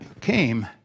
came